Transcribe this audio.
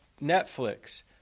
Netflix